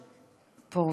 פרוש.